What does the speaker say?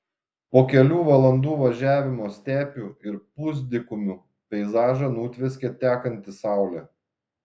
po kelių valandų važiavimo stepių ir pusdykumių peizažą nutvieskė tekanti saulė